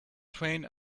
train